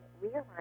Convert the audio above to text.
realize